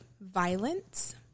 violence